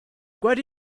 what